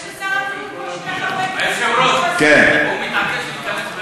יש לשר הבריאות פה שני חברי כנסת מאושפזים.